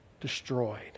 destroyed